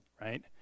right